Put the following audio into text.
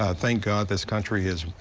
ah thank god this country has